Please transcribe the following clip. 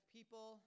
people